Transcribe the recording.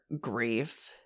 grief